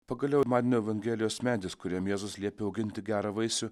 pagaliau man evangelijos medis kuriam jėzus liepia auginti gerą vaisių